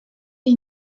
jej